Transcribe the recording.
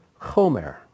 chomer